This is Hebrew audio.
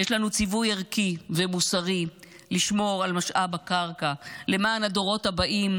יש עלינו ציווי ערכי ומוסרי לשמור על משאב הקרקע למען הדורות הבאים,